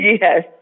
yes